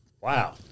Wow